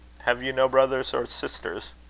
have you no brothers or sisters?